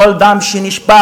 כל דם שנשפך,